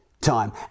time